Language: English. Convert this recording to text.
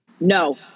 No